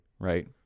Right